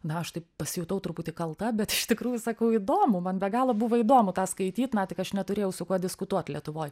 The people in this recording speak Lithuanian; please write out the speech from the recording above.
na aš taip pasijutau truputį kalta bet iš tikrųjų sakau įdomu man be galo buvo įdomu tą skaityt na tik aš neturėjau su kuo diskutuot lietuvoj